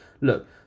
look